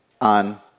on